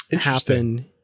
happen